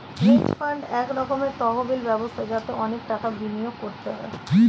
hedge fund এক রকমের তহবিল ব্যবস্থা যাতে অনেক টাকা বিনিয়োগ করতে হয়